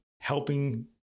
helping